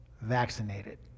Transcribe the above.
vaccinated